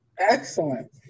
Excellent